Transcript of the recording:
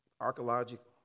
archaeological